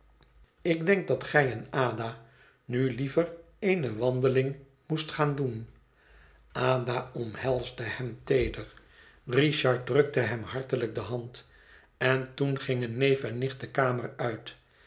ik denk dat gij en ada nu liever eene wandeling moest gaan doen ada omhelsde hem teeder richard drukte hem hartelijk de hand en toen gingen neef en nicht de kamer uit